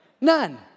None